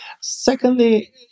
Secondly